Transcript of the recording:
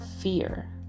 fear